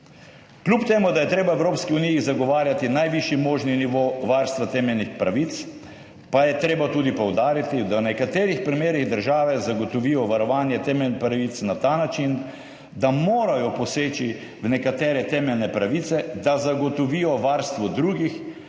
Kljub temu da je treba Evropski uniji zagovarjati najvišji možen nivo varstva temeljnih pravic, pa je treba tudi poudariti, da v nekaterih primerih države zagotovijo varovanje temeljnih pravic na ta način, da morajo poseči v nekatere temeljne pravice, da zagotovijo varstvo drugih,